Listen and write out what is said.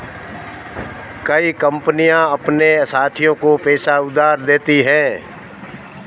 कई कंपनियां अपने साथियों को पैसा उधार देती हैं